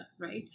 right